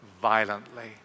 violently